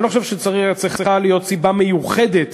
אני לא חושב שצריכה להיות סיבה מיוחדת